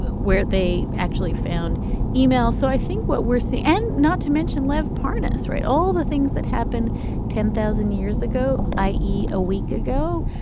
where they actually found emails. so i think what we're seeing, and not to mention lev parnas write all the things that happened ten thousand years ago, i e. a week ago.